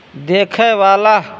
देखयवाला